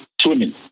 swimming